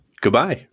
Goodbye